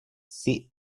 sea